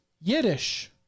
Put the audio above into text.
Yiddish